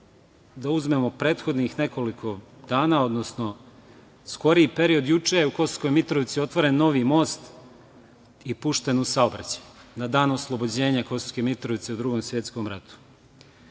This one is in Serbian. da uzmemo prethodnih nekoliko dana, odnosno skoriji period. Juče je u Kosovskoj Mitrovici otvoren novi most i pušten u saobraćaj, na Dan oslobođenja Kosovske Mitrovice u Drugom svetskom